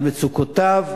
על מצוקותיו,